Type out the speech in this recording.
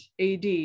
AD